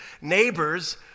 neighbors